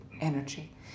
energy